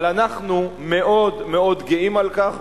אבל אנחנו מאוד גאים על כך,